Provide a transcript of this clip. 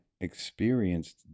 experienced